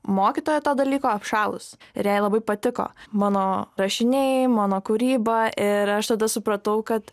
mokytoja to dalyko apšalus ir jai labai patiko mano rašiniai mano kūrybą ir aš tada supratau kad